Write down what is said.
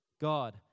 God